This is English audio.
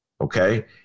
Okay